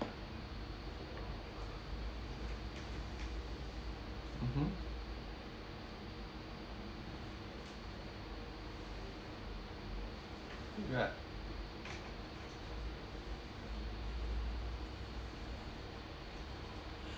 mmhmm right